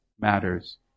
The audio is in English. matters